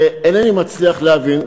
אינני מצליח להבין.